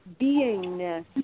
beingness